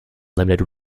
limited